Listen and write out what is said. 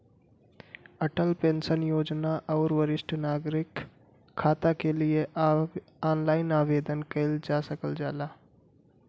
Atal pension योजना आउर वरिष्ठ नागरिक खाता के लिए ऑनलाइन आवेदन कइल जा सकल जाला